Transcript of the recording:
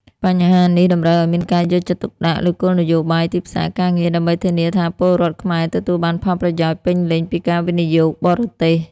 បញ្ហានេះតម្រូវឲ្យមានការយកចិត្តទុកដាក់លើគោលនយោបាយទីផ្សារការងារ ដើម្បីធានាថាពលរដ្ឋខ្មែរទទួលបានផលប្រយោជន៍ពេញលេញពីការវិនិយោគបរទេស។